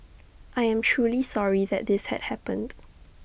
I am truly sorry that this had happened